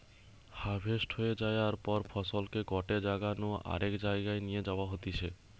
harvest হয়ে যায়ার পর ফসলকে গটে জাগা নু আরেক জায়গায় নিয়ে যাওয়া হতিছে